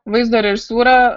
vaizdo režisūra